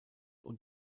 und